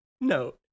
No